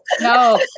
no